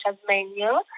Tasmania